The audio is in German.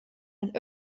den